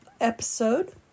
episode